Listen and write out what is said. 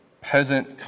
peasant